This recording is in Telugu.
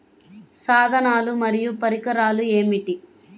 సాధనాలు మరియు పరికరాలు ఏమిటీ?